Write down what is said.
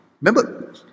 Remember